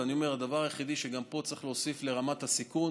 ואני אומר שהדבר היחיד שגם פה צריך להוסיף לרמת הסיכון,